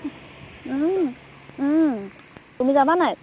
তুমি যাবা নাই